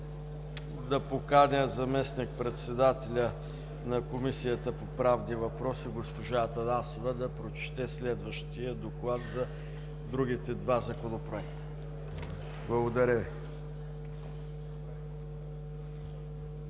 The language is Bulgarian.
да поканя заместник-председателя на Комисията по правни въпроси госпожа Атанасова да прочете следващия доклад за другите два законопроекта.